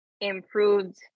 improved